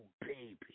baby